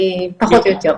פחות או יותר.